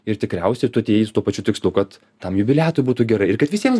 ir tikriausiai tu atėjai su tuo pačiu tikslu kad tam jubiliatui būtų gerai ir kad visiems